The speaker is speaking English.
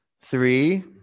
Three